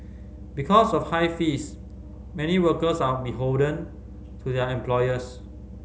because of high fees many workers are beholden to their employers